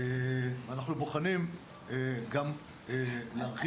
ואנחנו גם בוחנים להרחיב.